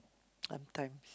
sometimes